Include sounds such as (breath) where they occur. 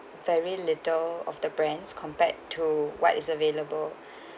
very little of the brand's compared to what is available (breath)